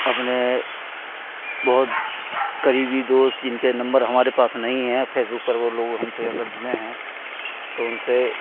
अपने बहुत करीबी दोस्त जिनके नम्बर हमारे पास नहीं है फेसबुक पर वह लोग हमसे अगर जुड़े हैं तो उनसे